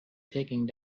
taking